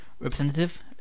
representative